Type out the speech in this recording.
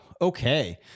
Okay